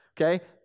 okay